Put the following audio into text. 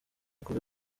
kuva